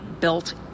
built